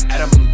Adam